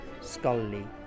scholarly